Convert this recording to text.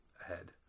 ahead